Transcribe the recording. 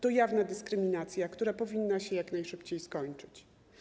To jawna dyskryminacja, która powinna się jak najszybciej skończyć.